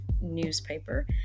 newspaper